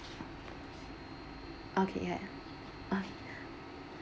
okay yeah yeah okay